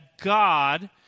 God